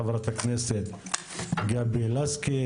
חברת הכנסת גבי לסקי,